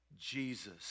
Jesus